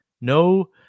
No